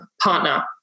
partner